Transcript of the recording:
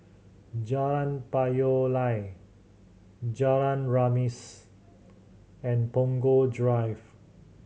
Jalan Payoh Lai Jalan Remis and Punggol Drive